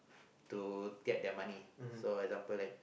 to get their money so example like